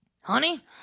honey